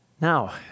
Now